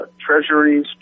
treasuries